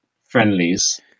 friendlies